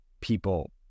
people